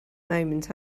moment